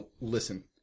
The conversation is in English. Listen